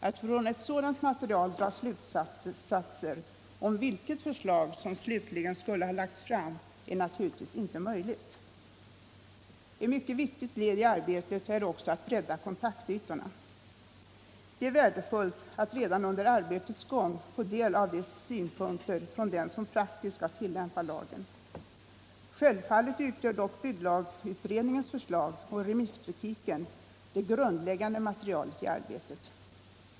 Att från ett — markanvändning sådant material dra slutsatser om vilket förslag som slutligen skulle ha — och byggande lagts fram är naturligtvis inte möjligt. Ett mycket viktigt led i arbetet är också att bredda kontaktytorna. Det är värdefullt att redan under arbetets gång få del av synpunkter från dem som praktiskt skall tillämpa lagen. Självfallet utgör dock bygglagutredningens förslag och remisskritiken det grundläggande materialet i arbetet.